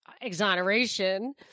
exoneration